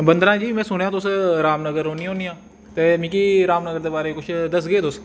बंदना जी में सुनेआ तुस रामनगर रौहन्नी होन्नी ओ ते मिकी रामनगर बारे च दसगे ओ किश